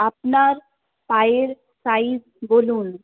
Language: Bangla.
আপনার পায়ের সাইজ বলুন